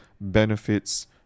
benefits